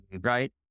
right